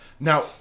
Now